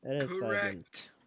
Correct